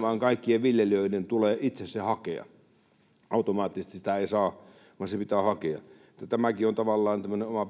vaan kaikkien viljelijöiden tulee itse se hakea. Automaattisesti sitä ei saa, vaan se pitää hakea. Tämäkin on tavallaan tämmöinen oma